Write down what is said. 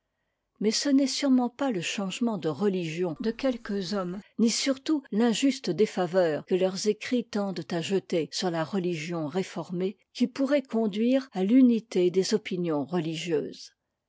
mais ce n'est sûrement pas le changement de religion de quelques hommes ni surtout l'injuste défaveur que leurs écrits tendent à jeter sur la religion réformée qui pourraient conduire à l'unité des opinions religieuses